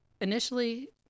initially